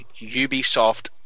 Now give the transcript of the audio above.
Ubisoft